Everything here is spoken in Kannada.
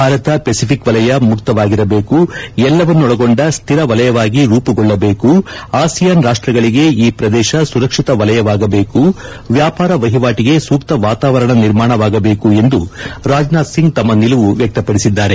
ಭಾರತ ಪೆಸಿಫಿಕ್ ವಲಯ ಮುಕ್ತವಾಗಿರಬೇಕು ಎಲ್ಲವನ್ನೊಳಗೊಂಡ ಸ್ವಿರ ವಲಯವಾಗಿ ರೂಮಗೊಳ್ಳಬೇಕು ಆಸಿಯಾನ್ ರಾಷ್ಟಗಳಿಗೆ ಈ ಪ್ರದೇಶ ಸುರಕ್ಷಿತ ವಲಯವಾಗಬೇಕು ವ್ಯಾಪಾರ ವಹಿವಾಟಗೆ ಸೂಕ್ತ ವಾತಾವರಣ ನಿರ್ಮಾಣವಾಗಬೇಕು ಎಂದು ರಾಜನಾಥ್ ಸಿಂಗ್ ತಮ್ಮ ನಿಲುವು ವ್ಚಕ್ತಪಡಿಸಿದ್ದಾರೆ